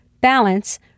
balance